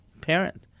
parent